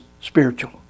spiritual